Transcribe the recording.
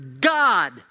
God